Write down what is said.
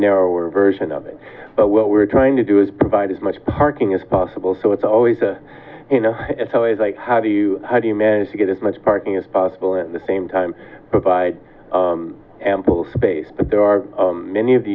narrower version of it but what we're trying to do is provide as much parking as possible so it's always a you know it's always like how do you how do you manage to get as much parking as possible in the same time provide ample space but there are many of the